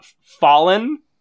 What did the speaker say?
Fallen